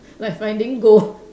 like finding gold